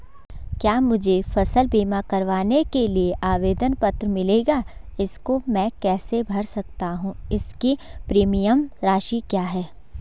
क्या मुझे फसल बीमा करवाने के लिए आवेदन पत्र मिलेगा इसको मैं कैसे भर सकता हूँ इसकी प्रीमियम राशि क्या है?